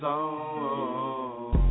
on